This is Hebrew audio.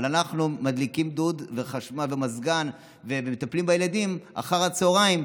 אבל אנחנו מדליקים דוד ומזגן ומטפלים בילדים אחר הצוהריים,